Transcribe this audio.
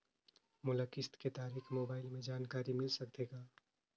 मोला किस्त के तारिक मोबाइल मे जानकारी मिल सकथे का?